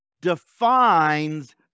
defines